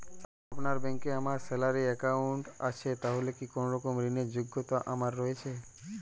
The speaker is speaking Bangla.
আপনার ব্যাংকে আমার স্যালারি অ্যাকাউন্ট আছে তাহলে কি কোনরকম ঋণ র যোগ্যতা আমার রয়েছে?